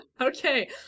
Okay